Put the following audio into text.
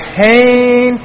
pain